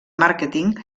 màrqueting